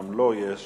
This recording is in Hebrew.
שלו יש